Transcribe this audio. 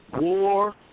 war